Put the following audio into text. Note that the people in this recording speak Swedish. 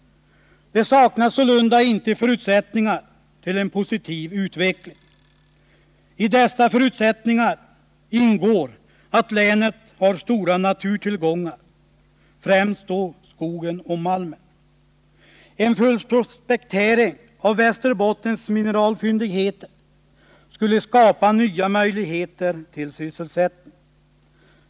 Det saknas sålunda inte förutsättningar för en positiv utveckling. I dessa förutsättningar ingår att länet har stora naturtillgångar, främst då skogen och malmen. En fullprospektering av Västerbottens mineralfyndigheter skulle skapa nya möjligheter till sysselsättning.